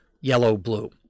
yellow-blue